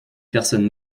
personnes